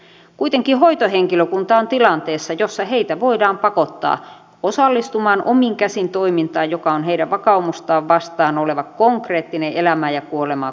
kuitenkin hoitohenkilökunta on tilanteessa jossa heitä voidaan pakottaa osallistumaan omin käsin toimintaan joka on heidän vakaumustaan vastaan oleva konkreettinen elämää ja kuolemaa koskeva teko